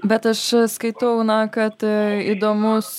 bet aš skaitau na kad įdomus